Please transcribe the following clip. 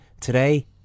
today